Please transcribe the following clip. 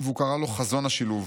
והוא קרא לו "חזון השילוב".